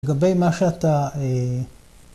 לגבי מה שאתה